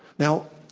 now,